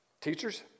teachers